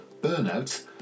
burnout